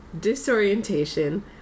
disorientation